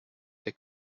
der